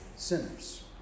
Sinners